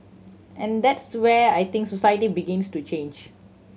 and that's where I think society begins to change